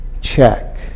check